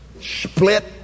split